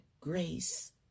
grace